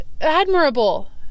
admirable